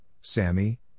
Sammy